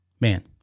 Man